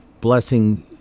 blessing